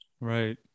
Right